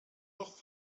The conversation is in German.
noch